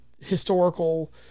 historical